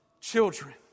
children